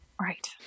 Right